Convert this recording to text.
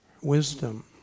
wisdom